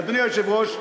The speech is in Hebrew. אדוני היושב-ראש,